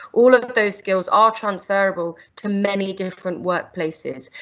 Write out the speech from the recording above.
all of those skills are transferable to many different workplaces,